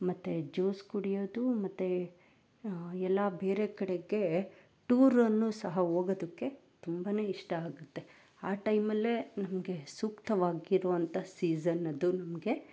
ಮತ್ತು ಜ್ಯೂಸ್ ಕುಡಿಯೋದು ಮತ್ತೆ ಎಲ್ಲ ಬೇರೆ ಕಡೆಗೆ ಟೂರನ್ನು ಸಹ ಹೋಗದುಕ್ಕೆ ತುಂಬಾ ಇಷ್ಟ ಆಗುತ್ತೆ ಆ ಟೈಮಲ್ಲೆ ನಮಗೆ ಸೂಕ್ತವಾಗಿರುವಂಥ ಸೀಸನ್ ಅದು ನಮಗೆ